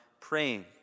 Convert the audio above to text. praying